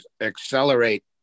accelerate